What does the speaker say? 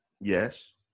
Yes